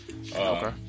Okay